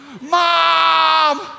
Mom